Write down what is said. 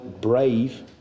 brave